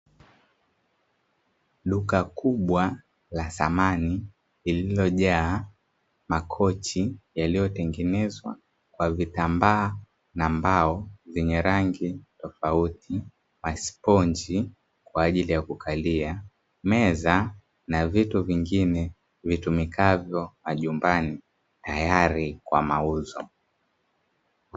Duka kubwa la samani lililojaa makochi yaliyotengenezwa kwa vitambaa na mbao vyenye rangi tofauti, masponji kwa ajili ya kukalia, meza na vitu vingine vitumikavyo majumbani tayari kwa mauzo.